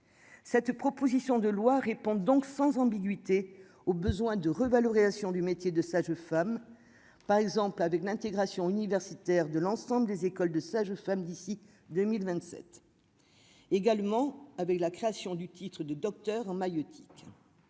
cette proposition de loi répondent donc sans ambiguïté. Au besoin de revalorisation du métier de sage-femme, par exemple avec l'intégration universitaire de l'ensemble des écoles de sages-femmes d'ici 2027. également, avec la création du titre de Docteur en maïeutique.